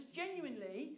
genuinely